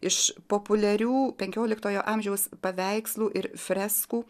iš populiarių penkioliktojo amžiaus paveikslų ir freskų